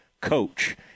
coach